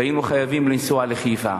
והיינו חייבים לנסוע לחיפה.